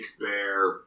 bear